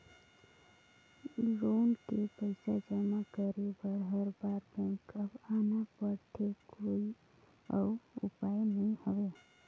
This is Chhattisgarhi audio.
लोन के पईसा जमा करे बर हर बार बैंक आना पड़थे कोई अउ उपाय नइ हवय?